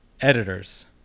editors